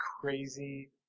crazy